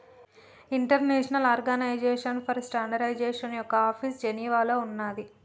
international Organization for Standardization యొక్క office జెనీవాలో ఉన్నాది